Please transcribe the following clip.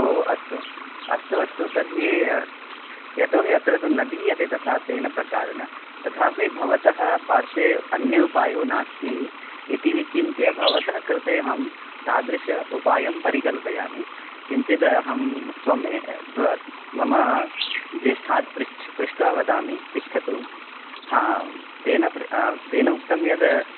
ओ अस्तु अस्तु अस्तु तर्हि यतो हि अत्र तु न दीयते तथा तेन प्रकारेण तथापि भवतः पार्श्वे अन्योपायो नास्ति इति विचिन्त्य भवतः कृते अहं तादृश उपायं परिकल्पयामि किञ्चिद् अहं स्व मे स्व मम ज्येष्ठात् पृच् पृष्ट्वा वदामि तिष्ठतु हा तेन तेन उक्तं यद्